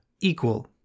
equal